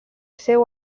seu